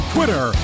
Twitter